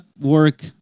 work